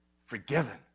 forgiven